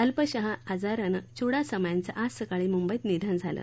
अल्पशा आजारानं चुडासामा यांचं आज सकाळी मुंबईत निधन झालं